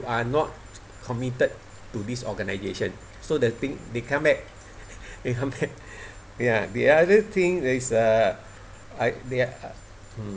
are not committed to this organisation so the thing they come back they come back ya the other thing is uh I their mm